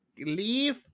leave